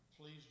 Please